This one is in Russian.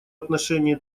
отношении